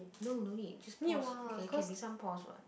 no no need just pause can can be some pause [what]